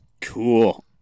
Cool